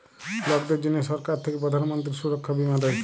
লকদের জনহ সরকার থাক্যে প্রধান মন্ত্রী সুরক্ষা বীমা দেয়